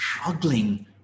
struggling